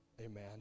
Amen